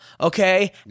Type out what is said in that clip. Okay